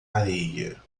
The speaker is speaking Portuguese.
areia